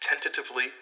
tentatively